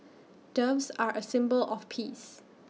doves are A symbol of peace